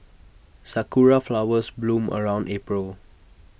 Sakura Flowers bloom around April